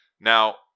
now